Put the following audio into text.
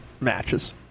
matches